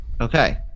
Okay